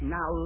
Now